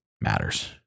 matters